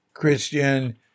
Christian